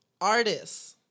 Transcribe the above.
artists